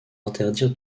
interdire